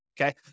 okay